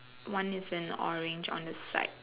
one is an orange on the side